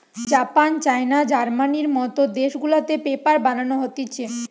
Japan, China, জার্মানির মত দেশ গুলাতে পেপার বানানো হতিছে